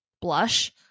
blush